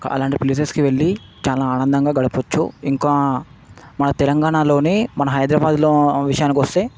క అలాంటి ప్లేసెస్కి వెళ్ళి చాలా ఆనందంగా గడపవచ్చు ఇంకా మా తెలంగాణలోని మన హైదరాబాద్లో విషయానికొస్తే